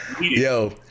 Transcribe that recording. yo